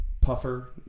puffer